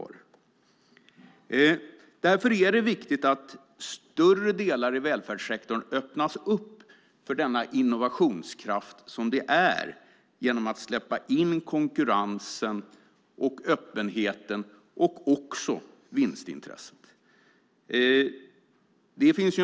Det är därför viktigt att större delar i välfärdssektorn öppnas för den innovationskraft som konkurrens, öppenhet och vinstintresse innebär.